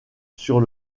sur